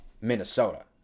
Minnesota